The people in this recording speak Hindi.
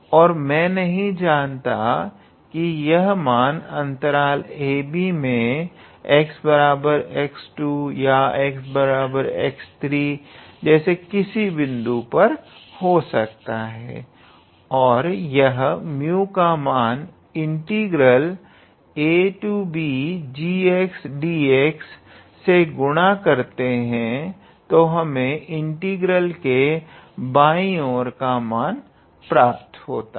और मैं नहीं जानता कि यह मान अंतराल ab मे 𝑥 𝑥2 या 𝑥3 जैसे किसी बिंदु पर हो सकता है और यह 𝜇 का मान इंटीग्रल abgdx से गुणा करते हैं तो हमें इंटीग्रल के बाँयी ओर का मान प्राप्त होता है